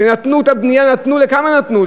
כשנתנו את הבנייה, לכמה נתנו?